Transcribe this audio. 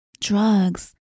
drugs